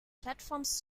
platforms